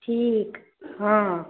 ठीक हँ